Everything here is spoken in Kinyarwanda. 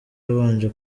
yabanje